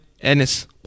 Ennis